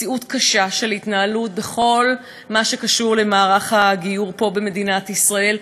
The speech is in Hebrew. מציאות קשה של התנהלות בכל מה שקשור למערך הגיור פה במדינת ישראל,